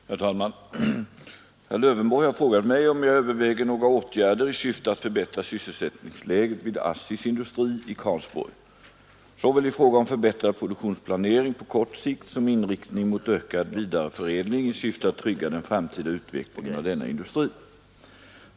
Herr talman! Herr Lövenborg har frågat mig om jag överväger några åtgärder i syfte att förbättra sysselsättningsläget vid ASSI:s industri i Karlsborg, i fråga om såväl förbättrad produktionsplanering på kort sikt som inriktning mot ökad vidareförädling i syfte att trygga den framtida utvecklingen av denna industri.